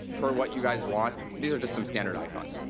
per what you guys want. these are just some standard icons.